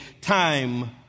time